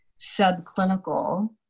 subclinical